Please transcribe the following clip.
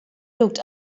looked